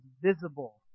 visible